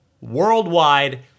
worldwide